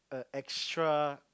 err extra